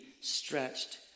stretched